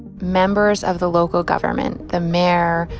members of the local government the mayor,